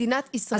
מטפלים.